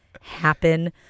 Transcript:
happen